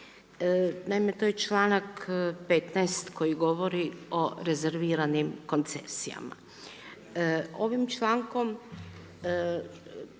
Naime, to je članak 15. koji govori o rezerviranim koncesijama. Ovim člankom